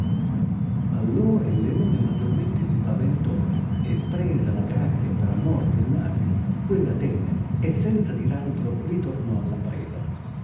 allora il leone maggiormente si paventò e presa la gracchia per amor dell asino quella tenne e senza dir alti'o ritornò alla preda